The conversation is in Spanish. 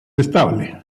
estable